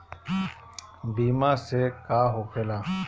बीमा से का होखेला?